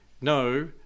no